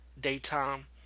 daytime